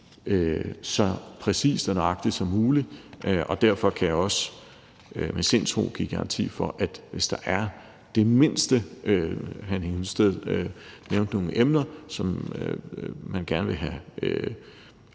så præcist og nøjagtigt som muligt, og derfor kan jeg også med sindsro give garanti for, at hvis der er det mindste – hr. Henning Hyllested nævnte nogle emner – som man gerne vil have